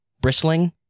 bristling